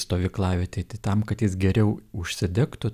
stovyklavietėj tai tam kad jis geriau užsidegtų